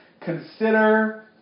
Consider